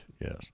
Yes